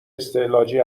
استعلاجی